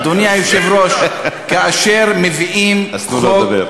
אדוני היושב-ראש, אז תנו לו לדבר.